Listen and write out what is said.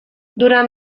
durant